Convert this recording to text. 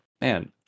man